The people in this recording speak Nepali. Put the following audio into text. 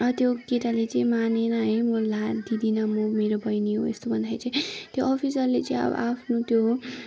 अँ त्यो केटाले चाहिँ मानेन है म लान दिँदिनँ म मेरो बहिनी हो यस्तो भन्दाखेरि चाहिँ त्यो अफिसरले चाहिँ त्यो आफ्नो त्यो